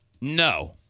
No